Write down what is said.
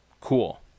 cool